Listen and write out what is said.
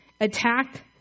Attack